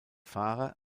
fahrer